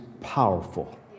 powerful